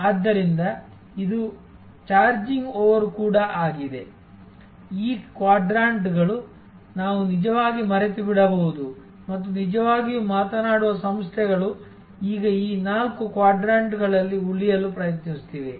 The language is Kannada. ಆದ್ದರಿಂದ ಇದು ಚಾರ್ಜಿಂಗ್ ಓವರ್ ಕೂಡ ಆಗಿದೆ ಈ ಕ್ವಾಡ್ರಾಂಟ್ಗಳು ನಾವು ನಿಜವಾಗಿ ಮರೆತುಬಿಡಬಹುದು ಮತ್ತು ನಿಜವಾಗಿಯೂ ಮಾತನಾಡುವ ಸಂಸ್ಥೆಗಳು ಈಗ ಈ ನಾಲ್ಕು ಕ್ವಾಡ್ರಾಂಟ್ಗಳಲ್ಲಿ ಉಳಿಯಲು ಪ್ರಯತ್ನಿಸುತ್ತಿವೆ